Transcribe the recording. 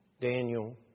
Daniel